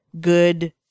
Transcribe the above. good